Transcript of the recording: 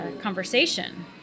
conversation